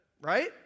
right